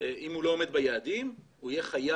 אם הוא לא עומד ביעדים הוא יהיה חייב